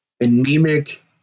anemic